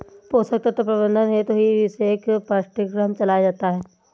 पोषक तत्व प्रबंधन हेतु ही विशेष पाठ्यक्रम चलाया जाता है